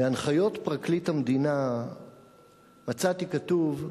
בהנחיות פרקליט המדינה מצאתי כתוב: